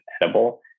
edible